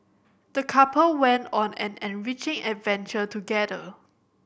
the couple went on an enriching adventure together